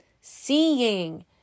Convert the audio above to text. Seeing